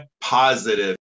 positive